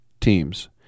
teams